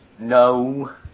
no